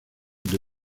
the